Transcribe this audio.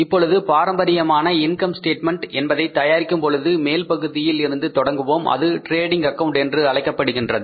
இப்பொழுது பாரம்பரியமான income statement என்பதை தயாரிக்கும் பொழுது மேல் பகுதியில் இருந்து தொடங்குவோம் அது டிரேடிங் அக்கவுண்ட் என்று அழைக்கப்படுகின்றது